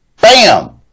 Bam